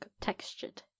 textured